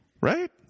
Right